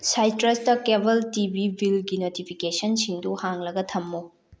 ꯁꯥꯏꯇ꯭ꯔꯁꯇ cable TV ꯕꯤꯜꯒꯤ ꯅꯣꯇꯤꯐꯤꯀꯦꯁꯟꯁꯤꯡꯗꯨ ꯍꯥꯡꯂꯒ ꯊꯝꯃꯨ